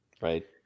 Right